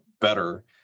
better